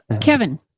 Kevin